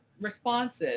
responses